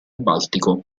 baltico